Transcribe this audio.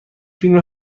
فیلم